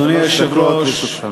אדוני היושב-ראש,